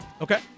Okay